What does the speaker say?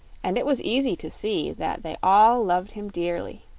and it was easy to see that they all loved him dearly.